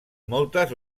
moltes